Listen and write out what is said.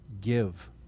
give